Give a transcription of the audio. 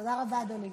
תודה רבה, אדוני.